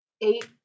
eight